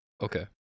Okay